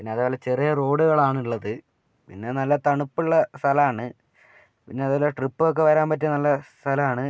പിന്നെ അതേപോലെ ചെറിയ റോഡുകളാണ് ഉള്ളത് പിന്നെ നല്ല തണുപ്പുള്ള സ്ഥലമാണ് പിന്നെ അതേപോലെ ട്രിപ്പൊക്കെ വരാൻ പറ്റിയ നല്ല സ്ഥലമാണ്